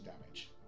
damage